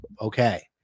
okay